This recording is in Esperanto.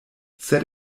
sed